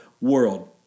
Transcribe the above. world